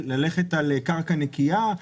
ללכת על קרקע נקייה,